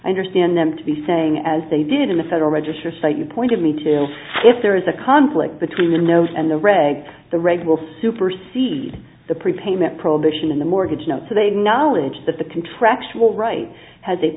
i understand them to be saying as they did in the federal register site you pointed me to if there is a conflict between the note and the reg the reg will supersede the prepayment prohibition on the mortgage note so they know and that the contractual right has